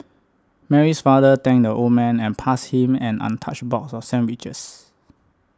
Mary's father thanked the old man and passed him an untouched box of sandwiches